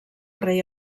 rei